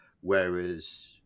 whereas